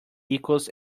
equals